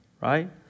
right